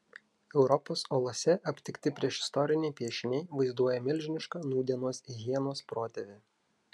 europos olose aptikti priešistoriniai piešiniai vaizduoja milžinišką nūdienos hienos protėvį